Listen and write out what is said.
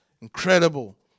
Incredible